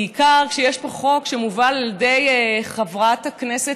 בעיקר כשיש פה חוק שמובל על ידי חברת הכנסת